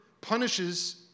punishes